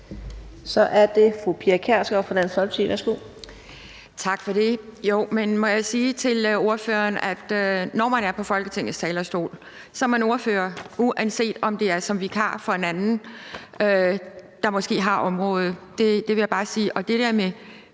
Kl. 18:06 Pia Kjærsgaard (DF): Tak for det. Må jeg sige til ordføreren, at når man er på Folketingets talerstol, er man ordfører, uanset om det er som vikar for en anden, der har området – det vil jeg bare sige. Og i forhold